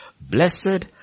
Blessed